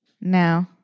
no